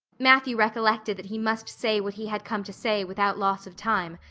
matthew recollected that he must say what he had come to say without loss of time,